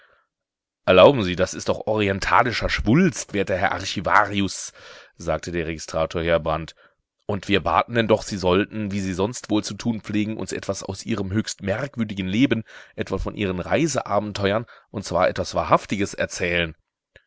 erlauben sie das ist orientalischer schwulst werter herr archivarius sagte der registrator heerbrand und wir baten denn doch sie sollten wie sie sonst wohl zu tun pflegen uns etwas aus ihrem höchst merkwürdigen leben etwa von ihren reiseabenteuern und zwar etwas wahrhaftiges erzählen